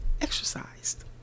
exercised